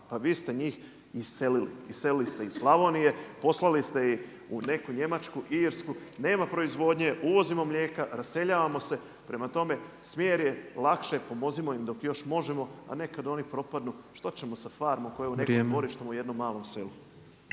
Pa vi ste njih iselili, iselili ste ih Slavonije, poslali ste ih u neku Njemačku, Irsku, nema proizvodnje, uvozimo mlijeka, raseljavamo se. Prema tome, smjer je lakše, pomozimo im dok još možemo, a ne kad oni propadnu što ćemo sa farmom koja je u … …/Upadica predsjednik: Vrijeme./…